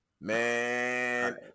man